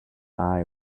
eye